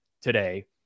today